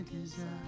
desire